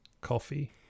Coffee